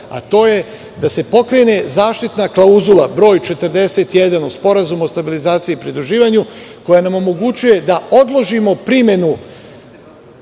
a to je da se pokrene zaštitna klauzula br 41. Sporazuma o stabilizaciji i pridruživanju, koja nam omogućava da odložimo primenu